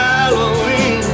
Halloween